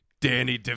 Danny